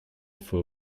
for